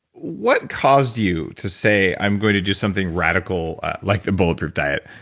what caused you to say, i'm going to do something radical like the bulletproof diet?